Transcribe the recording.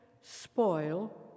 spoil